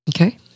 Okay